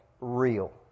real